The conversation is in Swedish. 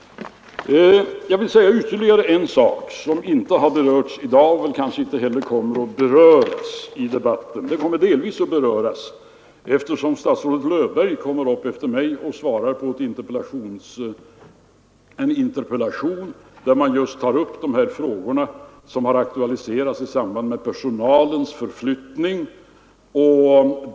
Jag vill säga ytterligare en sak som inte har berörts i dag och som kanske inte heller kommer att beröras annat än till en del genom att statsrådet Löfberg efter mig kommer att besvara en interpellation, där man tar upp de frågor som aktualiserats i samband med personalens förflyttning.